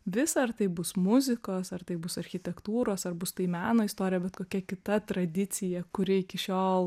vis ar tai bus muzikos ar tai bus architektūros ar bus tai meno istorija bet kokia kita tradicija kuri iki šiol